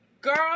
Girl